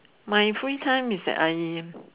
my free time is that I